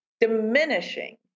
diminishing